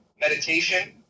meditation